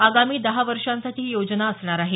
आगामी दहा वर्षांसाठी ही योजना असणार आहे